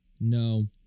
No